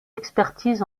expertises